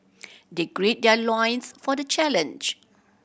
they gird their loins for the challenge